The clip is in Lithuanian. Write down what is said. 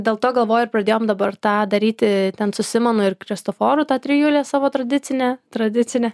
dėl to galvojuir pradėjom dabar tą daryti ten su simonu ir kristoforu ta trijulė savo tradicinė tradicinė